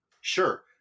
Sure